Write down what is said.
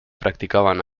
practican